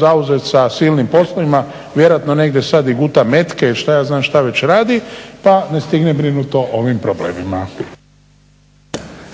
zauzet sa silnim poslovima, vjerojatno negdje sad i guta metke ili šta ja znam šta već radi, pa ne stigne brinut o ovim problemima. **Stazić, Nenad (SDP)**